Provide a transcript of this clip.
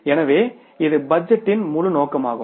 எனவே இது பட்ஜெட்டின் முழு நோக்கமாகும்